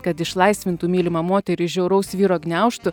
kad išlaisvintų mylimą moterį iš žiauraus vyro gniaužtų